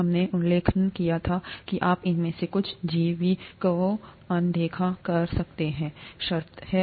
हमने उल्लेख किया था कि आप इनमें से कुछ जैविकको अनदेखा कर सकते शब्दोंहैं